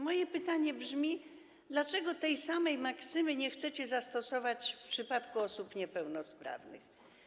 Moje pytanie brzmi: Dlaczego tej samej maksymy nie chcecie zastosować w przypadku osób niepełnosprawnych?